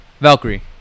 Valkyrie